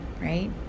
right